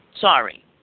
Sorry